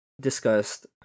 discussed